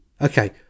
Okay